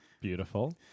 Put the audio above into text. Beautiful